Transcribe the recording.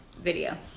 video